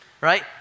right